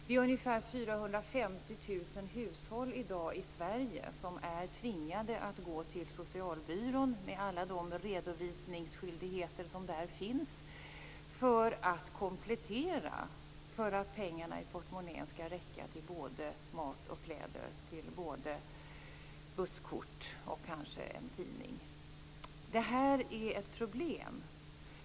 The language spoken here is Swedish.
Det är ungefär 450 000 hushåll i Sverige i dag som är tvingade att gå till socialbyrån, med alla de redovisningsskyldigheter som där finns, för att komplettera pengarna i portmonnän så att de kan räcka till både mat och kläder, till busskort och kanske en tidning. Det här är ett problem.